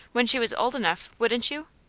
when she was old enough, wouldn't you?